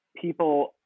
People